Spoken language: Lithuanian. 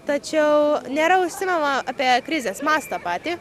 tačiau nėra užsimenama apie krizės mastą patį